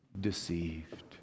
deceived